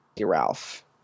Ralph